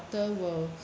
will